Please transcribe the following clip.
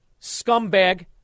scumbag